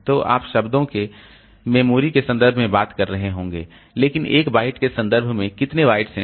तो आप शब्दों मेमोरी के संदर्भ में बात कर रहे होंगे लेकिन एक बाइट के संदर्भ में यह कितने बाइट्स है